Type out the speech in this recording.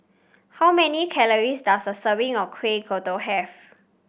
how many calories does a serving of Kueh Kodok have